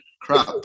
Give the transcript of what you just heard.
crap